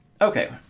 Okay